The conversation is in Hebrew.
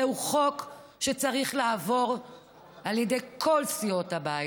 זהו חוק שצריך לעבור על ידי כל סיעות הבית.